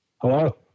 hello